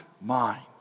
mind